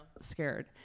scared